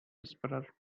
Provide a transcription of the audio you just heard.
whisperer